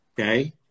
Okay